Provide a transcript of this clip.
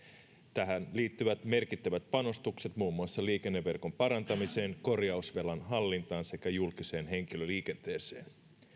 tähän liittyvät merkittävät panostukset muun muassa liikenneverkon parantamiseen korjausvelan hallintaan sekä julkiseen henkilöliikenteeseen